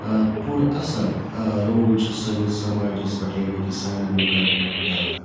پوٗرٕ اَصٕل رول چھِ سٲنِس سَماجَس پٮ۪ٹھ یعنی کہِ سانٮ۪ن لُکَن پٮ۪ٹھ پٮ۪وان